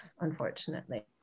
unfortunately